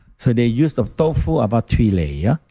so they use the tofu about three layer.